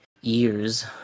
years